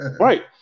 Right